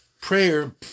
prayer